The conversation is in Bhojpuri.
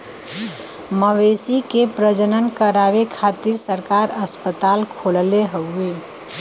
मवेशी के प्रजनन करावे खातिर सरकार अस्पताल खोलले हउवे